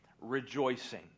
rejoicing